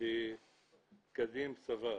ב --- צבא.